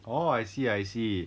oh I see I see